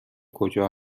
کجا